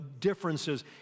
differences